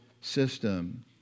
system